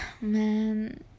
man